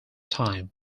time